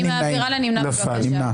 הצבעה לא אושרה נפל.